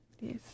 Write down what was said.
Yes